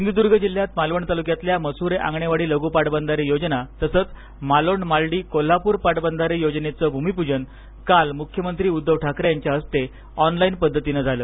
सिंधूदूर्ग जिल्ह्यात मालवण तालुक्यातल्या मसूरे आंगणेवाडी लघू पाटबंधारे योजना तसेच मालोंड मालडी कोल्हापूर पाटबंधारे योजनेचे भूमिपूजन आज मुख्यमंत्री उद्दव ठाकरे यांच्या हस्ते ऑनलाईन पद्धतीन झाल